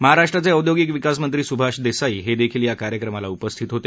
महाराष्ट्राचे औद्योगिक विकास मंत्री सुभाष देसाई हे देखील या कार्यक्रमाला उपस्थित होते